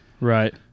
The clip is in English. Right